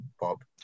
Bob